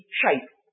shape